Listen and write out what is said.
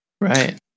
Right